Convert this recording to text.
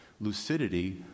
lucidity